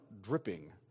dripping